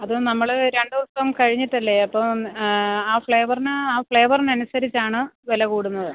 അതു നമ്മൾ രണ്ടു ദിവസം കഴിഞ്ഞിട്ടല്ലേ അപ്പം ആ ഫ്ലേവറിന് ആ ഫ്ലേവറിനനുസരിച്ചാണ് വില കൂടുന്നത്